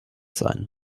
sein